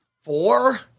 four